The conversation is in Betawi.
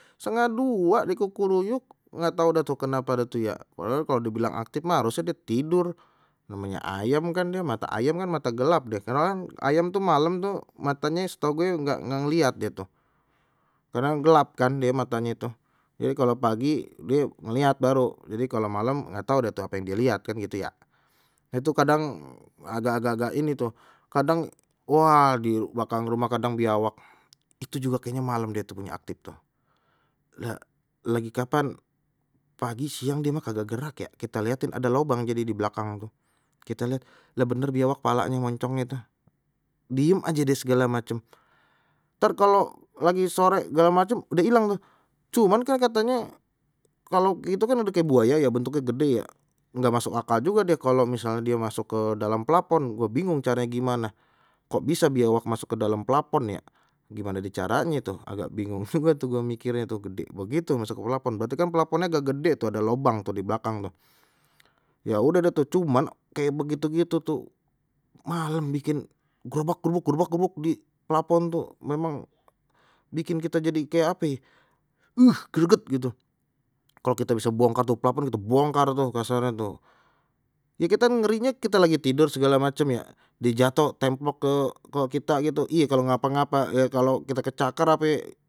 Setengah dua die kukuruyuk, nggak tahu dah tuh kenapa ada tu ya padahal kalau dibilang aktif mah harusnya dia tidur namanya ayam kan dia mata ayam kan mata gelap deh, ayam tuh malam tuh matanye setahu gue nggak nggak ngeliat die tu, karena gelap kan die matanya itu. Jadi kalau pagi die ngelihat baru jadi kalau malam enggak tau dah tu apa yang dia lihat kan gitu ya, itu kadang agak agak agak ini tuh kadang wah di belakang rumah kadang biawak, itu juga kayaknya malam dia tidurnya aktif itu ya lagi kapan pagi siang dia mah agak gerak ya kita lihatin ada lubang jadi di belakang tuh kita lihat lah bener biawak kepalanye moncongnye tuh diem aje deh segala macem ntar kalau lagi sore segala macem udah hilang tuh, cuman kan katanye kalau itu kan udah kayak buaya ya, bentuknya gede ya enggak masuk akal juga deh kalau misal dia masuk ke dalam plafon gua bingung caranya gimana, kok bisa biawak masuk ke dalam plafon ya gimana dia caranya tuh agak bingung gue tuh gua mikirnya tuh gede begitu masuk ke plafon berarti kan plafonnya agak gede tuh ada lubang tuh di belakang tuh, ya udeh deh tuh cuman kayak begitu gitu tuh malam bikin grobak grubuk grobak grubuk di plapon tuh memang bikin kita jadi kayak ape ye huh greget gitu kalau kita bisa bongkar tuh plafon kita bongkar tuh kasarnye tuh ya kite ngerinya kita lagi tidur segala macem ya di jatuh templok ke ke kita gitu iya kalau ngapa-ngapa kalau kita kecakar ape.